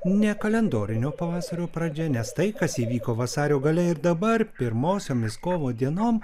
ne kalendorinio pavasario pradžia nes tai kas įvyko vasario gale ir dabar pirmosiomis kovo dienom